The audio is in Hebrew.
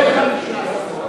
זה מה שהן שוות?